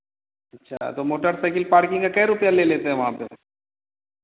अच्छा तो motorcycle parking के कै रुपैया ले लेते हैं वहाँ पर